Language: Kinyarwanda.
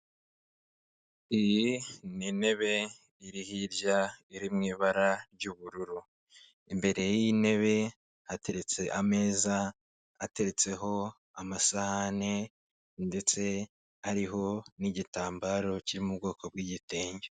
Iyi ni intebe iri hirya iri mu ibara ry'ubururu, imbere y'iy'intebe hateretse ameza atetseho amasahani ndetse ariho n'igitambaro kiri mu bwoko bw'igitenge.